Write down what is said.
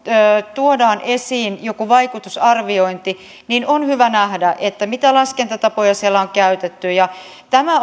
tuodaan esiin joku vaikutusarviointi on hyvä nähdä mitä laskentatapoja siellä on käytetty ja tämä